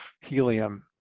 helium